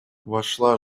вошла